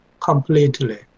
completely